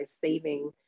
saving